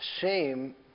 shame